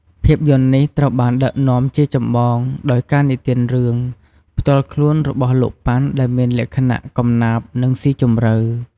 ភាពយន្តនេះត្រូវបានដឹកនាំជាចម្បងដោយ ការនិទានរឿង ផ្ទាល់ខ្លួនរបស់លោក ប៉ាន់ ដែលមានលក្ខណៈកំណាព្យ និងស៊ីជម្រៅ។